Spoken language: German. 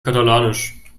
katalanisch